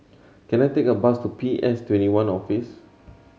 can I take a bus to P S Twenty one Office